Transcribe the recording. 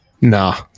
Nah